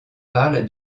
parle